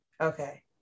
Okay